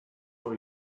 for